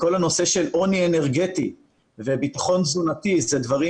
כל הנושא של עוני אנרגטי וביטחון תזונתי זה דברים